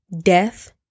death